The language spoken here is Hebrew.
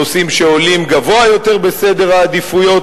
נושאים שעולים גבוה יותר בסדר העדיפויות